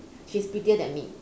she's prettier than me